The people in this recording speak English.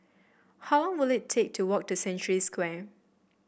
how long will it take to walk to Century Square